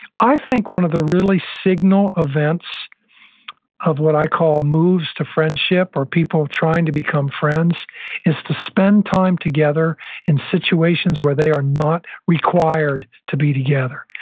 i think one of the really signal events of what i call moves to friendship or people trying to become friends is to spend time together in situations where they are not required to be together.